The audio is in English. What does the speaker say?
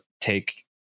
take